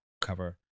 cover